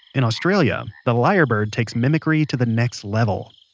in australia, the lyre bird takes mimicry to the next level.